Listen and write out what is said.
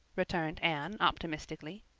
returned anne optimistically.